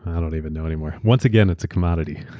i don't even know anymore. once again, it's a commodity,